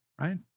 right